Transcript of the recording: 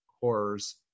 horrors